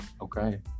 Okay